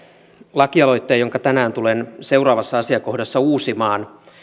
lakialoitteen jonka tänään tulen seuraavassa asiakohdassa uusimaan